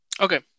Okay